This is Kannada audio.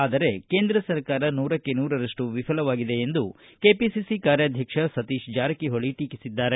ಆದರೆ ಕೇಂದ್ರ ಸರಕಾರ ನೂರಕ್ಕೆ ನೂರರಪ್ಟು ವಿಫಲವಾಗಿದೆ ಎಂದು ಕೆಪಿಸಿಸಿ ಕಾರ್ಯಾಧಕ್ಷ ಸತೀಶ ಜಾರಕಿಹೊಳಿ ಟೀಕಿಸಿದ್ದಾರೆ